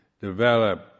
develop